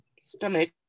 stomach